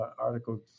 article